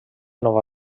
nova